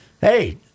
hey